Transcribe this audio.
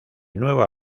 nueva